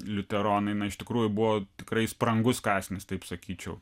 liuteronai na iš tikrųjų buvo tikrai sprangus kąsnis taip sakyčiau